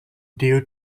due